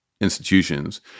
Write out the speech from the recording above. institutions